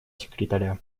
секретаря